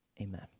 amen